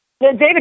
David